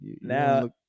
now